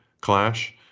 clash